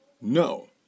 No